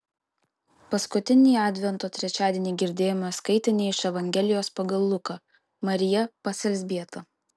paskutinį advento trečiadienį girdėjome skaitinį iš evangelijos pagal luką marija pas elzbietą